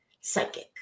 psychic